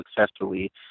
successfully